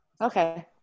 Okay